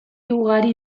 ugari